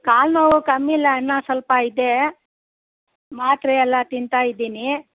ಕಾಲು ನೋವು ಕಮ್ಮಿ ಇಲ್ಲ ಅಣ್ಣ ಸ್ವಲ್ಪ ಇದೆ ಮಾತ್ರೆ ಎಲ್ಲ ತಿಂತಾಯಿದ್ದೀನಿ